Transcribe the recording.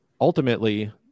ultimately